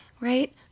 right